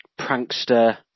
prankster